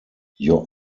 your